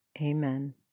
Amen